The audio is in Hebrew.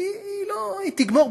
היא תגמור,